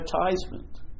advertisement